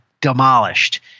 demolished